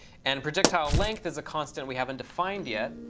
and projectile length is a constant we haven't defined yet.